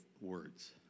words